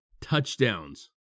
touchdowns